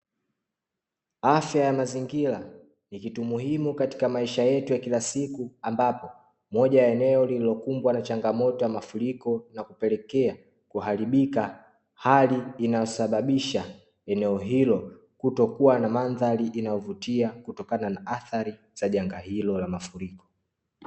Afya ya mazingira ni kitu muhimu katika maisha yetu ya kila siku ambapo moja ya eneo lililokumbwa na changamoto ya mafuriko na kupelekea kuharibika, hali inayosababisha eneo hilo kutokuwa na mandhari inayovutia kutokana na adhari za janga hilo la mafuriko.